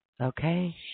Okay